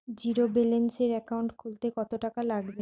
জিরোব্যেলেন্সের একাউন্ট খুলতে কত টাকা লাগবে?